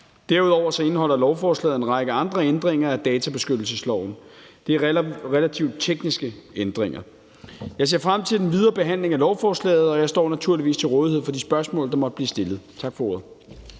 Derudover indeholder lovforslaget en række andre ændringer af databeskyttelsesloven. Det er relativt tekniske ændringer. Jeg ser frem til den videre behandling af lovforslaget, og jeg står naturligvis til rådighed for de spørgsmål, der måtte blive stillet. Tak for ordet.